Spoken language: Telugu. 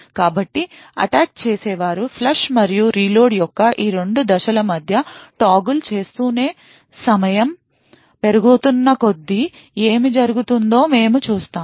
కాబట్టి అటాక్ చేసే వారు ఫ్లష్ మరియు రీలోడ్ యొక్క ఈ 2 దశల మధ్య టోగుల్ చేస్తూనే సమయం పెరుగుతున్న కొద్దీ ఏమి జరుగుతుందో మేము చూస్తాము